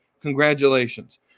Congratulations